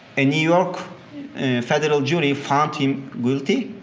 a new york federal jury found him guilty.